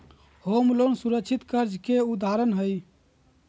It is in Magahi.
होम लोन सुरक्षित कर्ज के उदाहरण हय